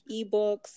ebooks